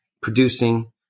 producing